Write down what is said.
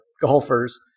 golfers